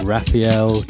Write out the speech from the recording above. Raphael